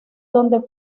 donde